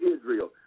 Israel